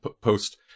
Post